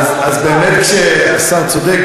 השר צודק,